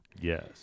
Yes